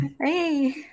hey